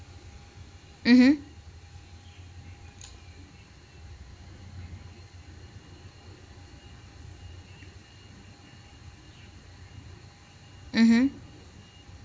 mmhmm mmhmm